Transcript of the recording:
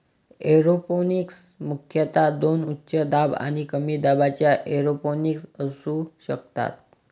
aeroponics मुख्यतः दोन उच्च दाब आणि कमी दाबाच्या एरोपोनिक्स असू शकतात